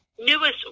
newest